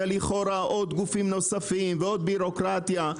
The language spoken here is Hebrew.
ולכאורה עוד גופים נוספים ועוד ביורוקרטיה,